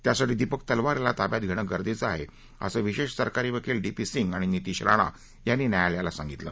त्यासाठी दीपक तलवार याला ताब्यात घेणं गरजेचं आहे असं विशेष सरकारी वकील डी पी सिंग आणि नितिश राणा यांनी न्यायालयाला सांगितलं